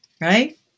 right